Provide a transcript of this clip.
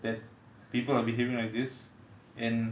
that people are behaving like this and